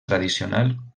tradicional